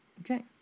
Okay